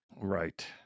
Right